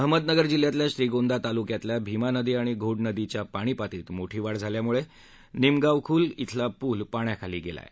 अहमदनगर जिल्ह्यातल्या श्रीगोंदा तालुक्यातल्या भीमानदी आणि घोडनदीच्या पाणी पातळीत मोठी वाढ झाल्यामुळे निमगावखलु इथला पूल पाण्याखाली गेला आहे